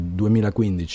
2015